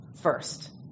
first